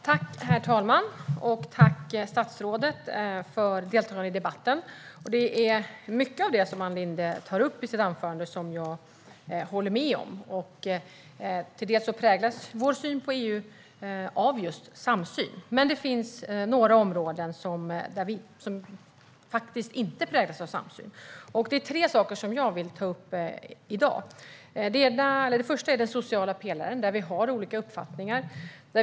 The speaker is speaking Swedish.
Herr talman! Tack, statsrådet, för deltagande i debatten! Jag håller med om mycket av det som Ann Linde tar upp i sitt anförande. Vår syn på EU präglas av just samsyn. Men det finns några områden som inte präglas av samsyn. Jag vill ta upp tre saker i dag. Det första är den sociala pelaren, där vi har olika uppfattningar.